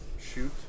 shoot